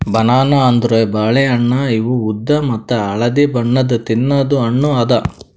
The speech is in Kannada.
ಬನಾನಾ ಅಂದುರ್ ಬಾಳೆ ಹಣ್ಣ ಇವು ಉದ್ದ ಮತ್ತ ಹಳದಿ ಬಣ್ಣದ್ ತಿನ್ನದು ಹಣ್ಣು ಅದಾ